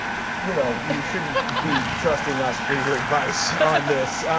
you know shouldn't be trusting us for your advice on this.